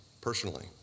personally